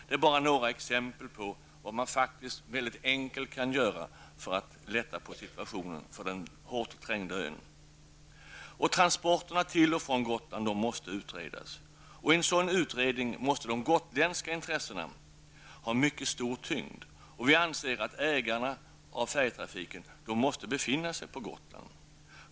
Det är bara några exempel på vad man faktiskt mycket enkelt kan göra för att lätta på situationen för den hårt trängda ön. Transporterna till och från Gotland måste utredas. I en sådan utredning måste de gotländska intressena ha mycket stor tyngd. Vi anser att ägarna av färjetrafiken måste befinna sig på Gotland.